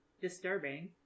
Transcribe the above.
disturbing